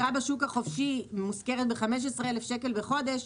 כאשר דירה בשוק החופשי בשדה דב המושכרת ב-15,000 שקל בחודש,